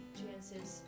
chances